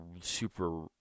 super